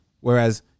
Whereas